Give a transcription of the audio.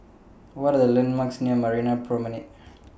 What Are The landmarks near Marina Promenade